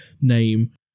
name